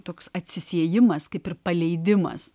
toks acisiejimas kaip ir paleidimas